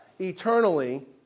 eternally